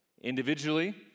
individually